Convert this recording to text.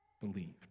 believed